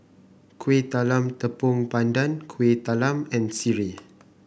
Kuih Talam Tepong Pandan Kueh Talam and sireh